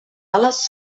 ales